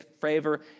favor